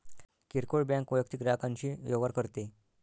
किरकोळ बँक वैयक्तिक ग्राहकांशी व्यवहार करते